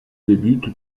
débute